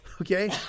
okay